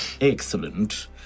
Excellent